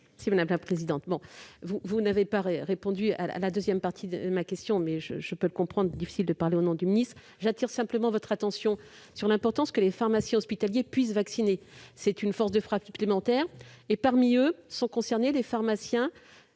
Madame la ministre, vous n'avez pas répondu à la deuxième partie de ma question, mais je peux comprendre qu'il soit difficile de parler au nom du ministre. J'attire simplement votre attention sur le fait qu'il est important que les pharmaciens hospitaliers puissent vacciner, ce qui constitue une force de frappe supplémentaire. Parmi eux, sont concernés les pharmaciens